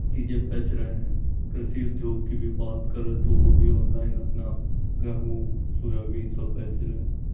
चीज़ें बेच रहे हैं कृषि उद्योग की भी बात करें तो वो भी ऑनलाइन अपना गेहूँ सोयाबीन सब बेच रहे हैं